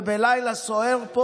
ובלילה סוער,